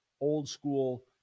old-school